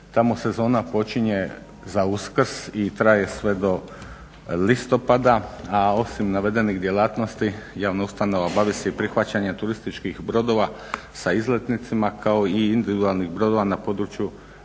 Tamo sezona počinje za Uskrs i traje sve do listopada a osim navedenih djelatnosti javna ustanova bavi se i prihvaćanjem turističkih brodova sa izletnicima kao i individualnih brodova na području